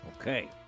Okay